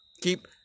Keep